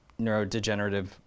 neurodegenerative